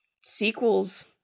Sequels